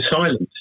Silence